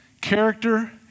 character